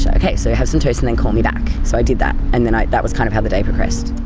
ah ok. so have some toast and then call me back'. so i did that, and then that was kind of how the day progressed.